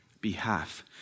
behalf